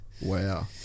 Wow